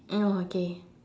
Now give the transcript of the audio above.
oh okay